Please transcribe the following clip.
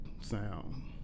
sound